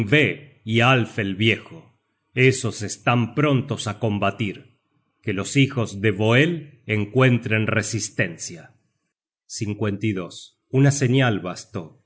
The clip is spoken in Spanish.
y alf el viejo esos están prontos á combatir que los hijos de voel encuentren resistencia una señal bastó